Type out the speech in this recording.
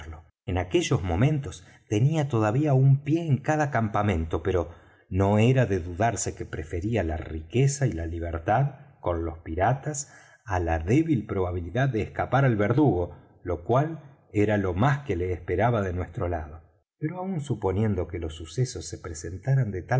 en aquellos momentos tenía todavía un pie en cada campamento pero no era de dudarse que preferiría la riqueza y la libertad con los piratas á la débil probabilidad de escapar al verdugo lo cual era lo más que le esperaba de nuestro lado pero aun suponiendo que los sucesos se presentaran de